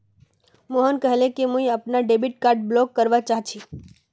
मोहन कहले कि मुई अपनार डेबिट कार्ड ब्लॉक करवा चाह छि